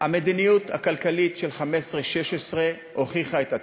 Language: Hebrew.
המדיניות הכלכלית של 2015 2016 הוכיחה את עצמה.